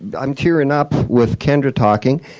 i'm tearing up with kendra talking,